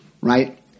right